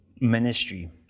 ministry